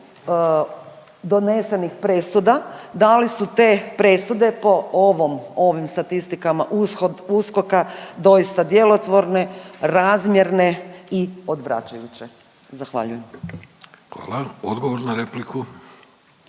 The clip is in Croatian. donesenih presuda. Da li su te presude po ovim statistikama USKOK-a doista djelotvorne, razmjerne i odvraćajuće. Zahvaljujem. **Vidović, Davorko